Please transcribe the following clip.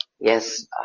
yes